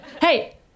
Hey